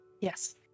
Yes